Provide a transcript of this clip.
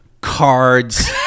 cards